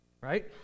right